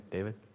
David